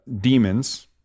demons